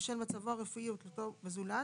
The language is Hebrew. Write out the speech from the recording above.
בשל מצבו הרפואי ותלותו בזולת,